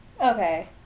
okay